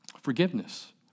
Forgiveness